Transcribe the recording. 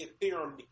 theorem